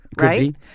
right